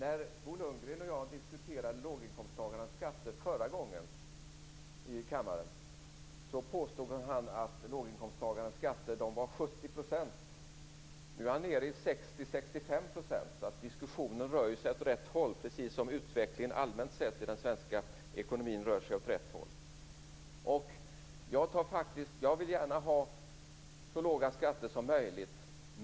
Fru talman! När Bo Lundgren och jag diskuterade låginkomsttagarnas skatter i kammaren förra gången påstod han att de var 70 %. Nu är han nere i 60-65 %. Diskussionen rör sig alltså åt rätt håll, precis som utvecklingen allmänt sett i den svenska ekonomin. Jag vill gärna ha så låga skatter som möjligt.